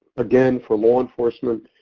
again for law enforcement,